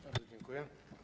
Bardzo dziękuję.